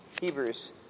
Hebrews